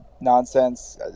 nonsense